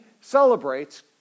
celebrates